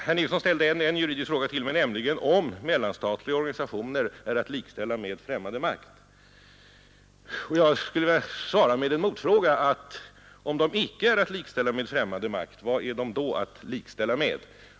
Herr Nilsson ställde en juridisk fråga till mig, nämligen om mellanstatliga organisationer är att jämställa med främmande makt. Jag skulle vilja svara med en motfråga: Om de inte är att jämställa med främmande makt, vad skall de då likställas med?